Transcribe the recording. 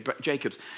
Jacobs